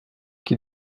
qui